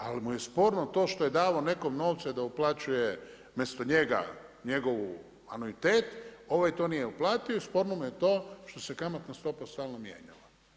Ali mu je sporno to što je davao nekom novce da uplaćuje umjesto njega njegov anuitet ovaj to nije uplatio i sporno mu je to što se kamatna stopa stalno mijenjala.